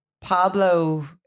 Pablo